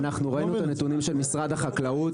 נסתכל על הנתונים של משרד החקלאות.